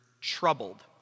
troubled